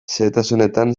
xehetasunetan